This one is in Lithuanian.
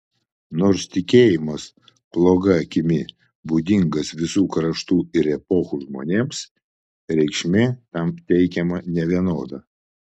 nors tikėjimas bloga akimi būdingas visų kraštų ir epochų žmonėms reikšmė tam teikiama nevienoda